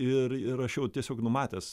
ir ir aš jau tiesiog numatęs